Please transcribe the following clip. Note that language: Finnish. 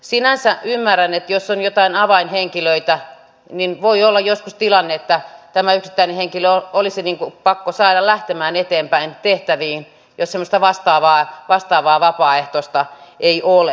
sinänsä ymmärrän että jos on joitain avainhenkilöitä niin voi olla joskus tilanne että tämä yksittäinen henkilö olisi pakko saada lähtemään eteenpäin tehtäviin jos semmoista vastaavaa vapaaehtoista ei ole